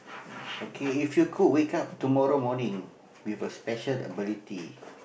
okay if you could wake up tomorrow morning with a special ability